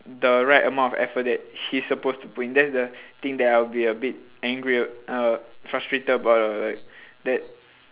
the right amount of effort that he's supposed to put in that's the thing that I'll be a bit angry uh frustrated about lah like that